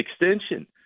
extension